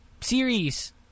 series